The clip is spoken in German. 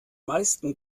meisten